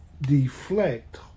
deflect